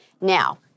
Now